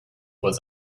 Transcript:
was